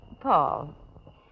Paul